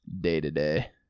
day-to-day